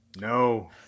No